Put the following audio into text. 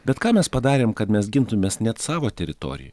bet ką mes padarėm kad mes gintumės net savo teritorijoj